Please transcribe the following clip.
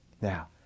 Now